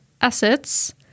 assets